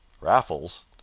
Raffles